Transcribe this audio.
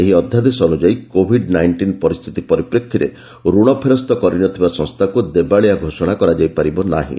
ଏହି ଅଧ୍ୟାଦେଶ ଅନୁଯାୟୀ କୋଭିଡ୍ ନାଇଣ୍ଟିନ୍ ପରିସ୍ଥିତି ପରିପ୍ରେକ୍ଷୀରେ ଋଣ ଫେରସ୍ତ କରିନଥିବା ସଂସ୍ଥାକୁ ଦେବାଳିଆ ଘୋଷଣା କରାଯାଇ ପାରିବ ନାହିଁ